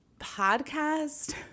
podcast